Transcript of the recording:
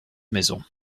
maisons